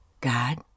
God